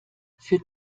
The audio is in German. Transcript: für